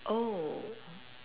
oh